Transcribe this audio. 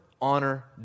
honor